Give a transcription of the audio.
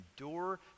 endure